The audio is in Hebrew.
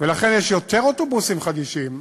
ולכן יש יותר אוטובוסים חדישים,